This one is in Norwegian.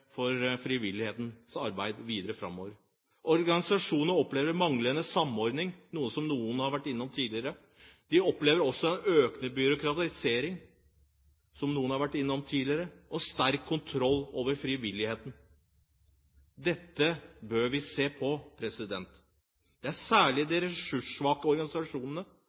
frivillighetens arbeid videre framover. Organisasjonene opplever manglende samordning, noe som har vært oppe tidligere. De opplever også en økende byråkratisering, som noen har vært innom tidligere, og en sterk kontroll over frivilligheten. Dette bør vi se på. Det er særlig de ressurssvake organisasjonene